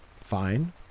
fine